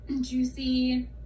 juicy